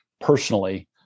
personally